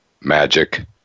Magic